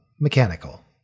mechanical